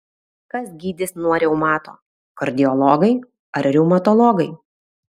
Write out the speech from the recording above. kas gydys nuo reumato kardiologai ar reumatologai